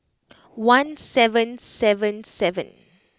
one seven seven seven